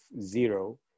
zero